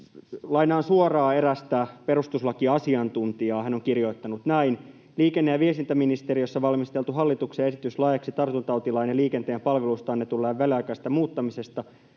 lainaan suoraan erästä perustuslakiasiantuntijaa. Hän on kirjoittanut näin: ”Liikenne‑ ja viestintäministeriössä valmisteltu hallituksen esitys laeiksi tartuntatautilain ja liikenteen palveluista annetun lain väliaikaisesta muuttamisesta